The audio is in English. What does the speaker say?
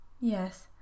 yes